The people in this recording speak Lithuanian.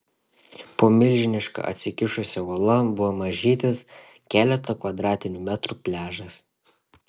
po milžiniška atsikišusia uola buvo mažytis keleto kvadratinių metrų pliažas